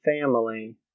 family